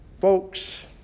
Folks